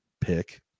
pick